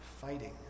fighting